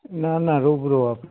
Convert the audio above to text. ના ના રુબરુ આપણે